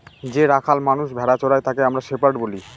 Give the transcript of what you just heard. যে রাখাল মানষ ভেড়া চোরাই তাকে আমরা শেপার্ড বলি